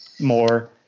more